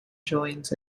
joins